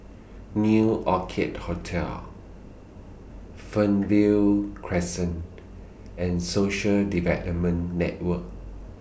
New Orchid Hotel Fernvale Crescent and Social Development Network